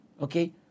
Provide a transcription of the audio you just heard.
Okay